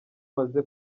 maze